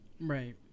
right